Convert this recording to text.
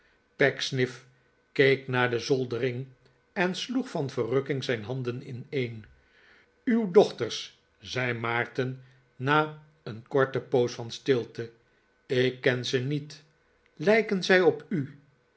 pecksniff keek naar de zoldering en sloeg van verrukking zijn handen ineen uw dochters zei maarten na een korte poos van stilte ik ken ze niet lijken zij op u